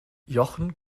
jochen